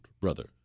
brother